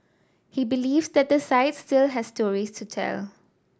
he believes that the site still has stories to tell